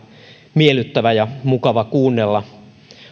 miellyttävä ja mukava kuunnella